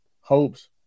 hopes